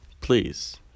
please